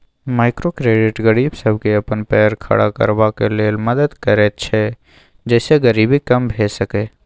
micro credit गरीब सबके अपन पैर खड़ा करबाक लेल मदद करैत छै जइसे गरीबी कम भेय सकेए